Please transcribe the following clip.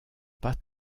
pas